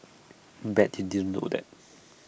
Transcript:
bet you didn't know that